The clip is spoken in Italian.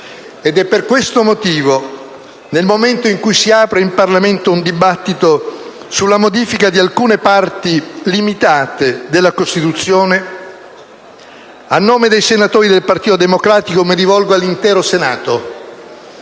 Ed è per questo motivo, nel momento in cui si apre in Parlamento un dibattito sulla modifica di alcune parti limitate della Costituzione, che a nome dei senatori del Partito Democratico mi rivolgo all'intero Senato